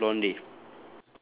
ya he's a blondie